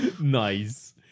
Nice